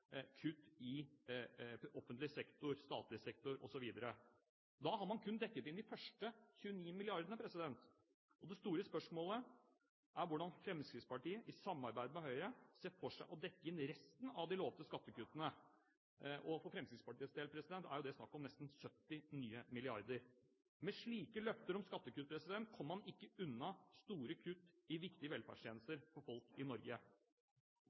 kutt i offentlig sektor, statlig sektor osv.? Da har man kun dekket inn de første 29 mrd. kr, og det store spørsmålet er hvordan Fremskrittspartiet, i samarbeid med Høyre, ser for seg å dekke inn resten av de lovede skattekuttene. For Fremskrittspartiets del er det snakk om nesten 70 nye milliarder. Med slike løfter om skattekutt kommer man ikke unna store kutt i viktige velferdstjenester for folk i Norge.